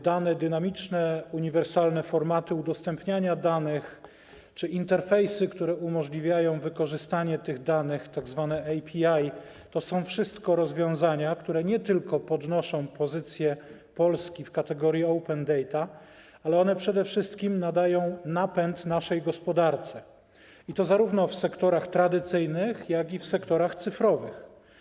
Dane dynamiczne, uniwersalne formaty udostępniania danych czy interfejsy, które umożliwiają wykorzystanie tych danych, tzw. API, to są wszystko rozwiązania, które nie tylko podnoszą pozycję Polski w kategorii open data, ale one przede wszystkim nadają napęd naszej gospodarce, i to zarówno w sektorach tradycyjnych, jak i w sektorach cyfrowych.